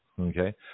Okay